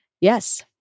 Yes